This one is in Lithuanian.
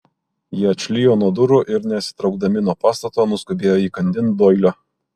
jie atšlijo nuo durų ir nesitraukdami nuo pastato nuskubėjo įkandin doilio